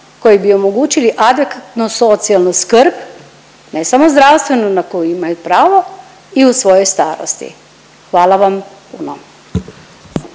koji bi omogućili adekvatnu socijalnu skrb, ne samo zdravstvenu na koju imaju pravo i u svojoj starosti. Hvala vam puno.